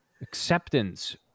acceptance